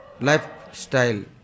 lifestyle